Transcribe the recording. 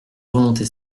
volonté